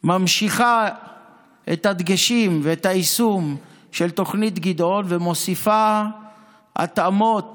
ממשיכה את הדגשים ואת היישום של תוכנית גדעון ומוסיפה התאמות